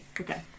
okay